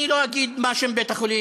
אני לא אגיד מה שם בית-החולים,